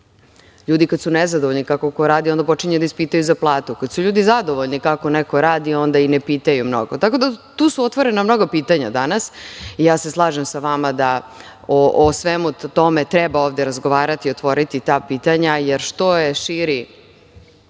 ljudi kada su nezadovoljni, kako ko radi onda počinju da vas pitaju za platu. Kada su ljudi zadovoljni kako neko radi, onda i ne pitaju mnogo. Tako da su tu otvorena mnoga pitanja danas. Slažem se sa vama da o svemu tome treba ovde razgovarati, otvoriti ta pitanja, jer što je širi